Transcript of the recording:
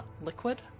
liquid